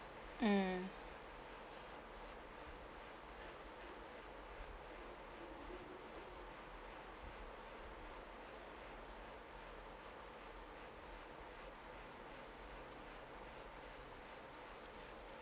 mm